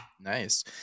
nice